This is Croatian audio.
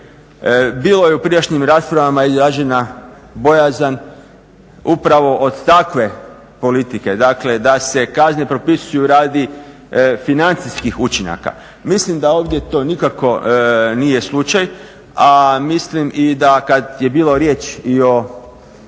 Bilo je u prijašnjim raspravama izražena bojazan upravo od takve politike dakle da se kazne propisuju radi financijskih učinaka. Mislim da ovdje to nikako nije slučaj, a milim i da kad je bilo riječ i o